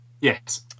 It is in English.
Yes